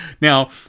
now